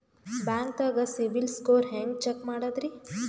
ಬ್ಯಾಂಕ್ದಾಗ CIBIL score ಹೆಂಗ್ check ಮಾಡದ್ರಿ?